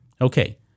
Okay